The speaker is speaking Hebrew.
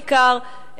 בעיקר,